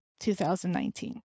2019